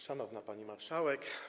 Szanowna Pani Marszałek!